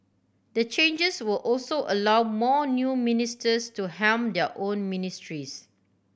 the changes will also allow more new ministers to helm their own ministries